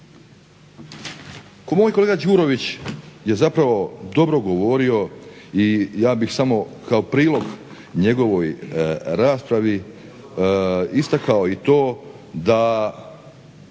Moj kolega Đurović je zapravo dobro govorio i ja bih samo kao prilog njegovoj raspravi istakao i to da